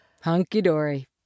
hunky-dory